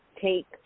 take